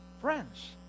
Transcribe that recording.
Friends